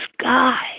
sky